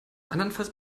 andernfalls